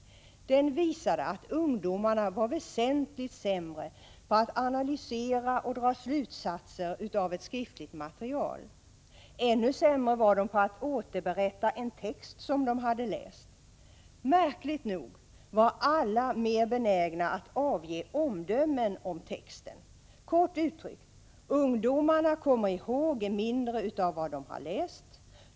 Den visade att ungdomarna var väsentligt sämre på att analysera och dra slutsatser av ett skriftligt material. Ännu sämre var de på att återberätta en text som de hade läst. Märkligt nog var alla mer benägna att avge omdömen om texten. Kort uttryckt — ungdomarna kommer ihåg mindre av vad de har läst.